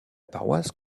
paroisse